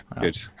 good